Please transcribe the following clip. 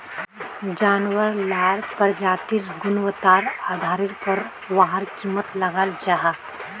जानवार लार प्रजातिर गुन्वात्तार आधारेर पोर वहार कीमत लगाल जाहा